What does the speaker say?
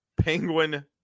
Penguin